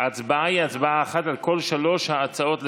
ההצבעה היא הצבעה אחת על כל שלוש ההצעות לסדר-היום,